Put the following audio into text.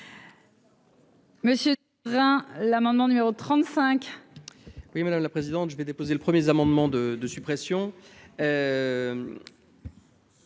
Monsieur l'amendement numéro 35. Oui, madame la présidente, je vais déposer le 1er amendement de de suppression.